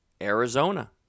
Arizona